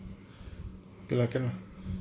கு என்னா:ku ennaa